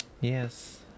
Yes